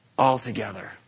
altogether